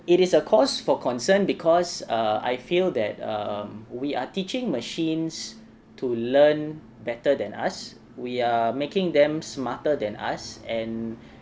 it is a cause for concern because err I feel that um we are teaching machines to learn better than us we are making them smarter than us and